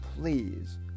please